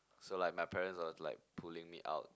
so like my parents was like pulling me out